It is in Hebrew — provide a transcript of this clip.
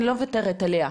אני לא מוותרת עליה,